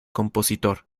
compositor